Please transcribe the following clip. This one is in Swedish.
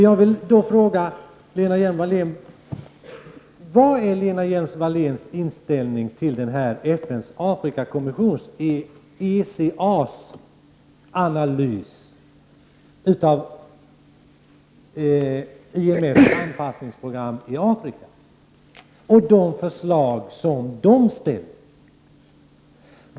Jag vill fråga Lena Hjelm Wallén: Vad är Lena Hjelm-Walléns inställning till FNs Afrikakommissions, ECAS, analys av IMFs anpassningsprogram i Afrika och de förslag som den framför?